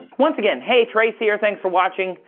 once again, hey, trace here. thanks for watching.